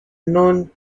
non